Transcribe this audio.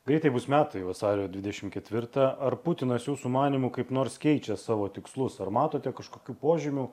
greitai bus metai vasario dvidešimt ketvirtą ar putinas jūsų manymu kaip nors keičia savo tikslus ar matote kažkokių požymių